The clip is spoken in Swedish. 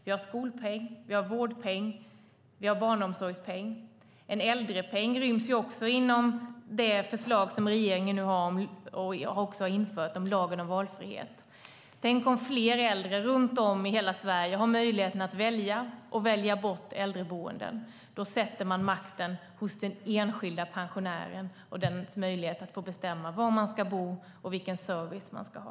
Vi har skolpeng, vi har vårdpeng, och vi har barnomsorgspeng. En äldrepeng ryms också inom regeringens förslag om lagen om valfrihet, som nu har införts. Tänk om fler äldre runt om i hela Sverige skulle ha möjlighet att välja och välja bort äldreboenden. Då ger man makten till de enskilda pensionärerna och ger dem möjlighet att bestämma var de ska bo och vilken service de ska ha.